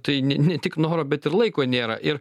tai ne ne tik noro bet ir laiko nėra ir